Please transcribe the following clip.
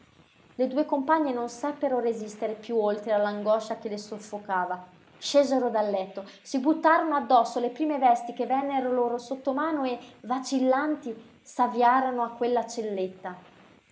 le due compagne non seppero resistere piú oltre all'angoscia che le soffocava scesero dal letto si buttarono addosso le prime vesti che vennero loro sotto mano e vacillanti s'avviarono a quella celletta